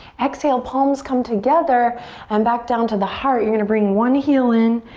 exhale, palms come together and back down to the heart. you're gonna bring one heel in,